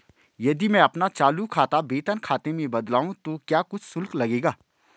यदि मैं अपना चालू खाता वेतन खाते में बदलवाऊँ तो क्या कुछ शुल्क लगेगा?